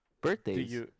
birthdays